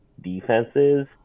defenses